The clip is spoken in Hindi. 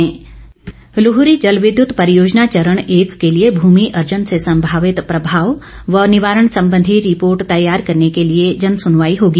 एसजेवीएनएल लूहरी जलविद्युत परियोजना चरण एक के लिए भूमि अर्जन से संभावित प्रभाव व निवारण संबंधि रिपोर्ट तैयार करने के लिए जनसनवाई होगी